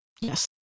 Yes